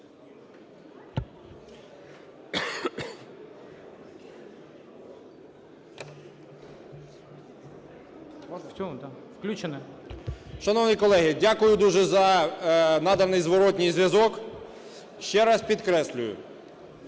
О.В. Шановні колеги! Дякую дуже за наданий зворотний зв'язок. Ще раз підкреслюю,